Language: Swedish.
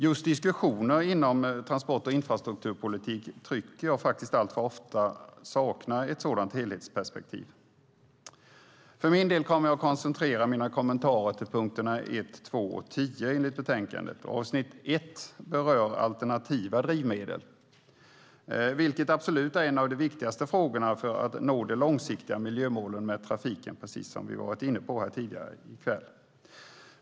Just diskussioner inom transport och infrastrukturpolitik tycker jag alltför ofta saknar ett sådant helhetsperspektiv. För min del kommer jag att koncentrera mina kommentarer på punkterna 1, 2 och 10 i betänkandet. Avsnitt 1 berör alternativa drivmedel, vilket är en av de viktigaste frågorna för att nå de långsiktiga miljömålen med trafiken, precis som vi har varit inne på tidigare i kväll.